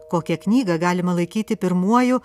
kokią knygą galima laikyti pirmuoju